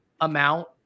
amount